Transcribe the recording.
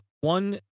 one